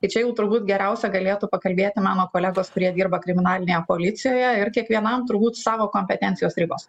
tai čia jau turbūt geriausia galėtų pakalbėti mano kolegos kurie dirba kriminalinėje policijoje ir kiekvienam turbūt savo kompetencijos ribos